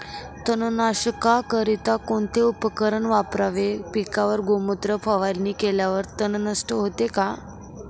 तणनाशकाकरिता कोणते उपकरण वापरावे? पिकावर गोमूत्र फवारणी केल्यावर तण नष्ट होते का?